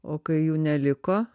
o kai jų neliko